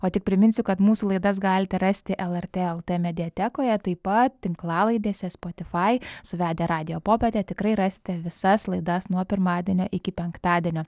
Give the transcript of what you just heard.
o tik priminsiu kad mūsų laidas galite rasti eler tė el t mediatekoje taip pat tinklalaidėse spotifai suvedę radijo popietę tikrai rasite visas laidas nuo pirmadienio iki penktadienio